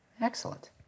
Excellent